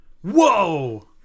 Whoa